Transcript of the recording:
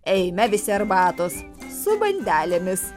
eime visi arbatos su bandelėmis